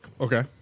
Okay